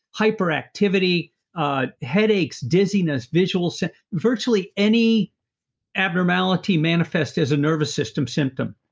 hyperactivity ah headaches, dizziness, visual sense, virtually any abnormality manifest as a nervous system symptom,